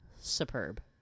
Superb